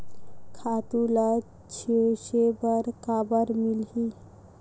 खातु ल छिंचे बर काबर मिलही?